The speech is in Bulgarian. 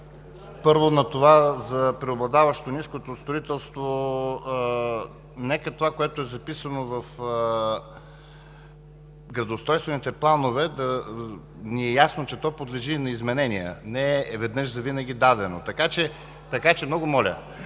Първо, на това, за преобладаващото ниско строителство. Нека това, което е записано в градоустройствените планове да ни е ясно, че то подложи на изменение, не е веднъж завинаги дадено. Много моля